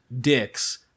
dicks